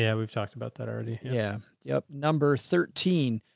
yeah we've talked about that already. yeah. yup. number thirteen.